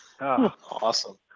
Awesome